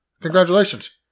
Congratulations